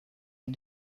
les